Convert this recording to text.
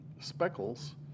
speckles